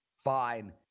Fine